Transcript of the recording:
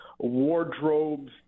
wardrobes